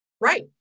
Right